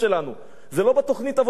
זה לא בתוכנית העבודה של הנצרות.